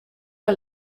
que